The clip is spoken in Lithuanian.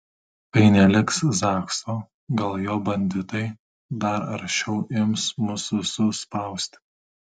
kai neliks zakso gal jo banditai dar aršiau ims mus visus spausti